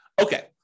Okay